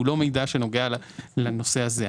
הוא לא מידע שנוגע לנושא הזה.